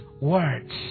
words